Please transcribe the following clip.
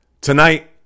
tonight